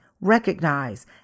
recognize